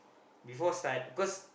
before start because